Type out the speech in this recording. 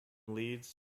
leeds